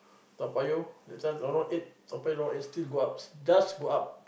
Toa Payoh that time Lorong Eight Toa Payoh does go up